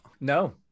No